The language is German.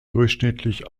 durchschnittlich